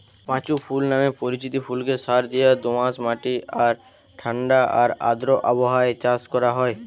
পাঁচু ফুল নামে পরিচিত ফুলকে সারদিয়া দোআঁশ মাটি আর ঠাণ্ডা আর আর্দ্র আবহাওয়ায় চাষ করা হয়